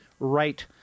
Right